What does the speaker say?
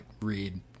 read